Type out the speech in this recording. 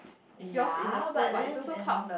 ya but then and